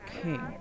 King